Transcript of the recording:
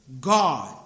God